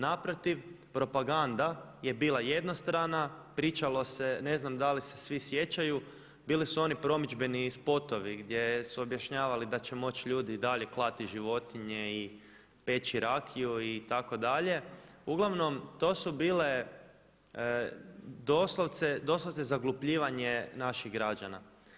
Naprotiv, propaganda je bila jednostrana, pričalo se ne znam da li se svi sjećaju, bili su oni promidžbeni spotovi gdje se objašnjavali da će moć ljudi i dalje klati životinje i peći rakiju itd., uglavnom to su bile doslovce zaglupljivanje naših građana.